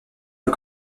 peu